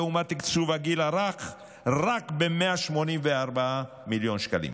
לעומת תקצוב הגיל הרך רק ב-184 מיליון שקלים,